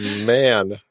man